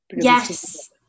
Yes